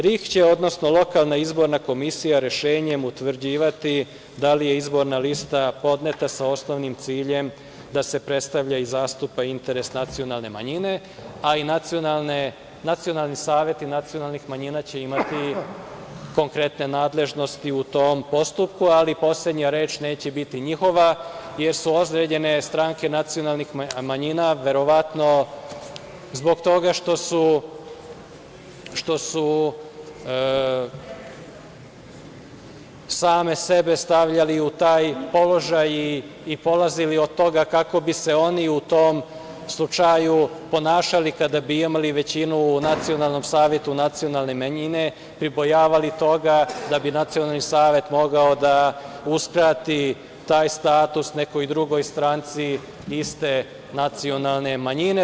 Republička izborna komisija, odnosno, lokalna izborna komisija će rešenjem utvrđivati da li je izborna lista podneta sa osnovnim ciljem da se predstavlja i zastupa interes nacionalne manjine, a i Nacionalni saveti nacionalnih manjina će imati konkretne nadležnosti u tom postupku, ali poslednja reč neće biti njihova, jer su određene stranke nacionalnih manjina verovatno, zbog toga što su same sebe stavljali u taj položaj i polazili od toga kako bi se oni u tom slučaju ponašali kada bi imali većinu u Nacionalnom savetu nacionalne manjine, pribojavali toga da bi Nacionalni savet mogao da uskrati taj status nekoj drugoj stranci iste nacionalne manjine.